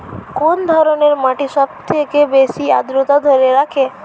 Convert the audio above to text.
কোন ধরনের মাটি সবথেকে বেশি আদ্রতা ধরে রাখে?